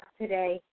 today